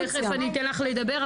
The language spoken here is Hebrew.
תיכף אני אתן לך לדבר,